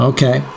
Okay